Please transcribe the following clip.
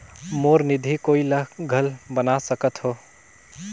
मोर निधि कोई ला घल बना सकत हो?